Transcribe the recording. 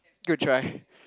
good try